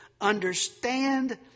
understand